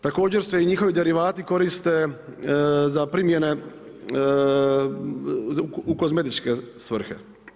Također se i njihovu derivati koriste za primjene u kozmetičke svrhe.